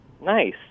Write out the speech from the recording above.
Nice